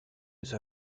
use